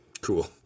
Cool